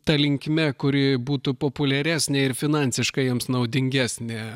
ta linkme kuri būtų populiaresnė ir finansiškai jiems naudingesnė